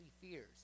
fears